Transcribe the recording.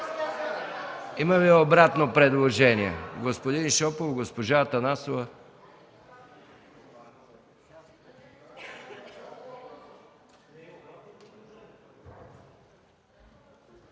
Има ли обратно предложение?